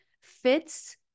fits